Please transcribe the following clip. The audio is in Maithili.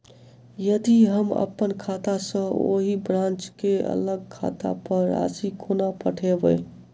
यदि हम अप्पन खाता सँ ओही ब्रांच केँ अलग खाता पर राशि कोना पठेबै?